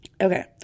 Okay